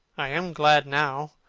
i am glad now.